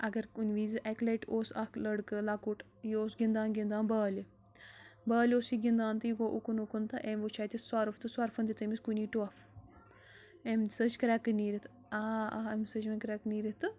اگر کُنہِ وِزِ اَکہِ لَٹہِ اوس اَکھ لٔڑکہٕ لَکُٹ یہِ اوس گِنٛدان گِنٛدان بالہِ بالہِ اوس یہِ گِنٛدان تہٕ یہِ گوٚو اُکُن اُکُن تہٕ أمۍ وُچھ اَتہِ سۄرپھ تہٕ سۄرپھن دِژ أمِس کُنی ٹۄپھ اَمِس ژٔج کرٛٮ۪کہٕ نیٖرِتھ آ آ أمِس ژٔج ونۍ کرٛٮ۪کہٕ نیٖرِتھ تہٕ